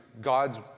God's